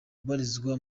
ubarizwa